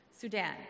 Sudan